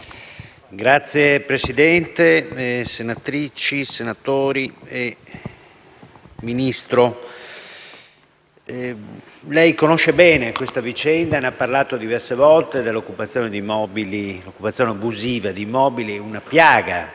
Signor Presidente, senatrici e senatori, signor Ministro, lei conosce bene questa vicenda - ne ha parlato diverse volte - dell'occupazione abusiva di immobili, una piaga